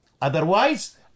Otherwise